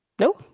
No